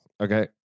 Okay